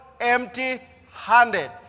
empty-handed